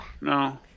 no